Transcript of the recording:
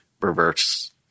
reverse